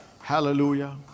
Hallelujah